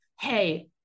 hey